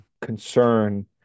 concern